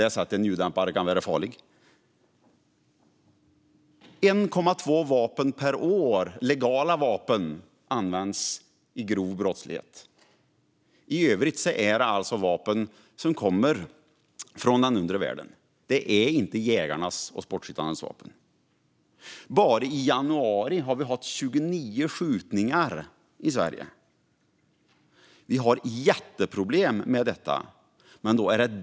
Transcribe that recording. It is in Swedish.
Det är 1,2 legala vapen per år som används i grov brottslighet. I övrigt är det vapen som kommer från den undre världen. Det är inte jägarnas och sportskyttarnas vapen. Bara i januari har vi haft 29 skjutningar i Sverige. Vi har ett jätteproblem med detta.